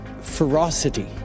ferocity